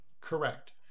correct